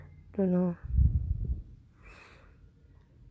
don't know